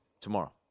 Tomorrow